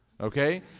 okay